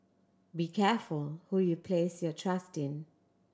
be careful who you place your trust in